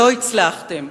לא הצלחתם.